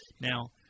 Now